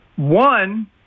One